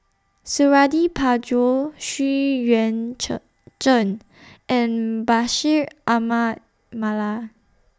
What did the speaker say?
Suradi Parjo Xu Yuan Zhen and Bashir Ahmad Mallal